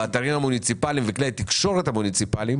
אתרי המוניציפליים וכלי התקשורת המוניציפליים